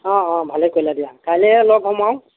অঁ অঁ ভালেই কৰিলা দিয়া কাইলৈ লগ হ'ম আৰু